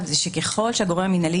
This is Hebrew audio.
זה לא קשור לחוק הזה.